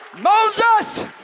Moses